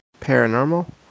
Paranormal